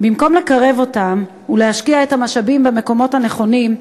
במקום לקרב אותם ולהשקיע את המשאבים במקומות הנכונים,